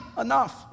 enough